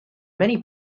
many